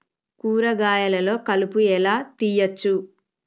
కూరగాయలలో కలుపు ఎలా తీయచ్చు?